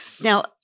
Now